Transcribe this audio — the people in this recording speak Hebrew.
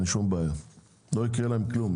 לא יקרה להם כלום.